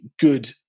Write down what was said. good